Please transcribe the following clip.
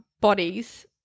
bodies